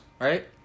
Right